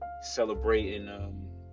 Celebrating